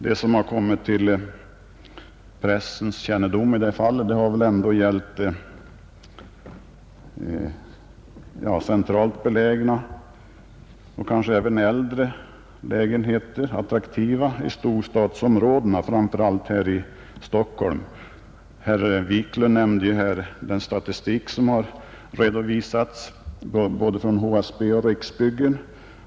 De fall som kommit till pressens kännedom har väl ändå gällt centralt belägna, äldre attraktiva lägenheter i storstadsområdena, framför allt här i Stockholm. Herr Wiklund i Stockholm nämnde den statistik som redovisats från både HSB och Riksbyggen.